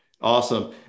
Awesome